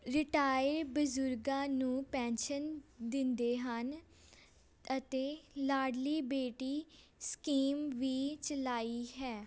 retire ਬਜ਼ੁਰਗਾਂ ਨੂੰ pension ਦਿੰਦੇ ਹਨ ਅਤੇ ਲਾਡਲੀ ਬੇਟੀ ਸਕੀਮ ਵੀ ਚਲਾਈ ਹੈ